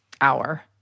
hour